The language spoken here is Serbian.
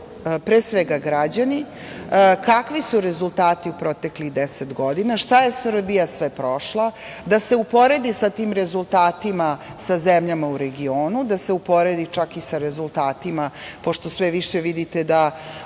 pre svega građani, kakvi su rezultati u proteklih deset godina, šta je Srbija sve prošla, da se uporedi sa tim rezultatima sa zemljama u regionu, da se uporedi čak i sa rezultatima, pošto sve više vidite da